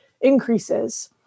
increases